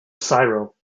cyril